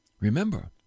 Remember